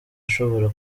ashobora